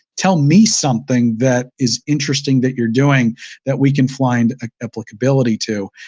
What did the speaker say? tell me something that is interesting that you're doing that we can find ah applicability to.